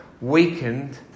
weakened